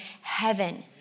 heaven